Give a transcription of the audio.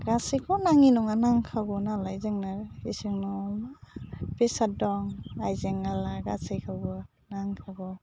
गासिखौ नाङि नङा नांखागौ नालाय जोंनो इसिं न'वावनो बेसाद दं आइजें आयला गासैखौबो नांखागौ